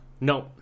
No